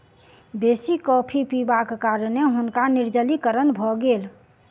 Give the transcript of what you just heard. बेसी कॉफ़ी पिबाक कारणें हुनका निर्जलीकरण भ गेल